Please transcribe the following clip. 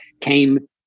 came